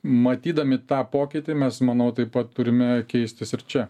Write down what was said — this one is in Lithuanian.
matydami tą pokytį mes manau taip pat turime keistis ir čia